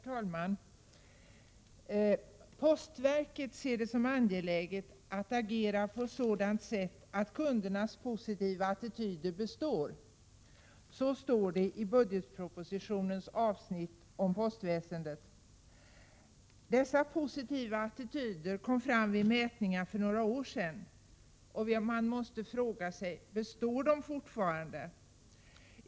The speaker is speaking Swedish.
Herr talman! ”Postverket ser det som angeläget att agera på ett sådant sätt att kundernas positiva attityder består.” Så står det i budgetpropositionens avsnitt om postväsendet. Dessa positiva attityder kom fram vid mätningar för några år sedan, och man kan fråga sig om de fortfarande består.